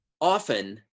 often